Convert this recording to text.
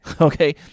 Okay